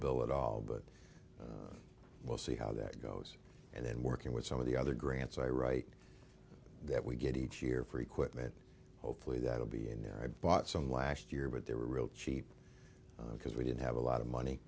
bill at all but we'll see how that goes and then working with some of the other grants i write that we get each year for equipment hopefully that will be in there i bought some last year but they were real cheap because we didn't have a lot of money